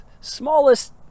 smallest